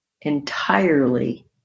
entirely